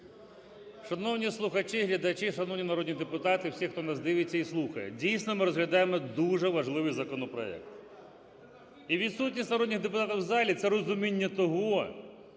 Шановні слухачі і глядачі, шановні народні депутати, всі, хто нас дивиться і слухає! Дійсно, ми розглядаємо дуже важливий законопроект. І відсутність народних депутатів в залі – це розуміння того,